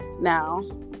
now